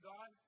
God